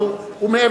הם נרשמו מראש.